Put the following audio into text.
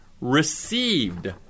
received